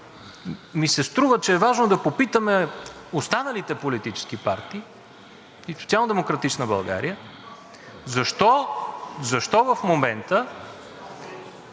ми се, че е важно да попитаме останалите политически партии и специално „Демократична България“ защо в момента